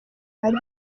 bari